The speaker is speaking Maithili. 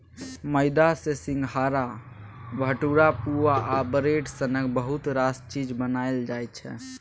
मेदा सँ सिंग्हारा, भटुरा, पुआ आ ब्रेड सनक बहुत रास चीज बनाएल जाइ छै